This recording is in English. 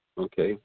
Okay